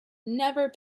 never